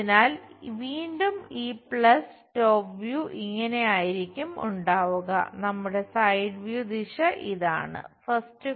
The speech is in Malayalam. അതിനാൽ വീണ്ടും ഈ പ്ലസ്